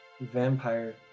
vampire